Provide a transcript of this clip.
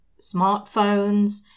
smartphones